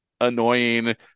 annoying